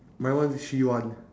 my one is three one